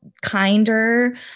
kinder